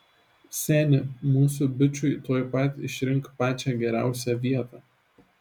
seni mūsų bičui tuoj pat išrink pačią geriausią vietą